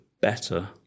better